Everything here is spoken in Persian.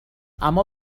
اما